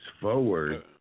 forward